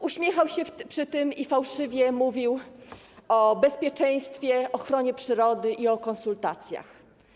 Uśmiechał się przy tym i fałszywie mówił o bezpieczeństwie, o ochronie przyrody i o konsultacjach.